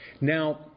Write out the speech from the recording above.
Now